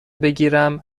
بگیرم